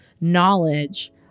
knowledge